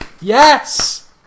Yes